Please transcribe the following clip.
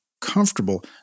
comfortable